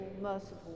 merciful